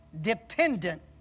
dependent